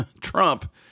Trump